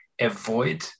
avoid